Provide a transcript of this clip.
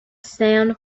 sand